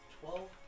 Twelve